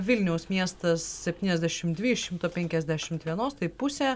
vilniaus miestas septyniasdešimt dvi iš šimto penkiasdešimt vienos tai pusė